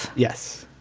yes.